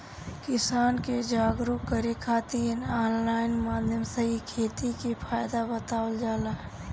किसान के जागरुक करे खातिर ऑनलाइन माध्यम से इ खेती के फायदा बतावल जाला